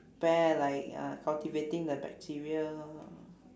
prepare like uh cultivating the bacteria